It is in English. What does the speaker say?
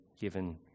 given